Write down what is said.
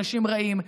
אנשים רעים.